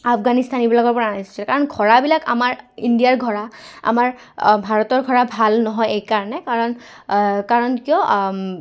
আফগানিস্তান এইবিলাকৰপৰা আনিছিলে কাৰণ ঘোঁৰাবিলাক আমাৰ ইণ্ডিয়াৰ ঘোঁৰা আমাৰ ভাৰতৰ ঘোঁৰা ভাল নহয় এইকাৰণে কাৰণ কাৰণ কিয়